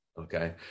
Okay